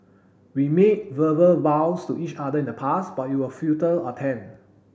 we made verbal vows to each other in the past but it was futile attempt